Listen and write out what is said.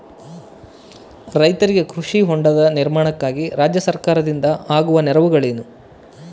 ರೈತರಿಗೆ ಕೃಷಿ ಹೊಂಡದ ನಿರ್ಮಾಣಕ್ಕಾಗಿ ರಾಜ್ಯ ಸರ್ಕಾರದಿಂದ ಆಗುವ ನೆರವುಗಳೇನು?